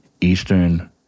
eastern